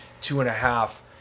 two-and-a-half